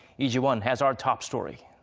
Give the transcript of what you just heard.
lee ji-won has our top story.